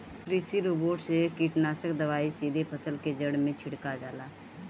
कृषि रोबोट से कीटनाशक दवाई सीधे फसल के जड़ में छिड़का जाला